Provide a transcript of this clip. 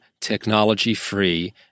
technology-free